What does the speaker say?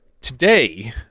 Today